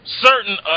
certain